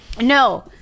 No